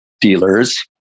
dealers